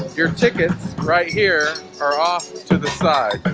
your ticket right here are off to the side